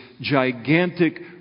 gigantic